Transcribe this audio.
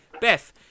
Beth